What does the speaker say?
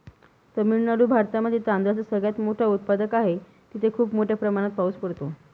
तामिळनाडू भारतामध्ये तांदळाचा सगळ्यात मोठा उत्पादक आहे, तिथे खूप मोठ्या प्रमाणात पाऊस होतो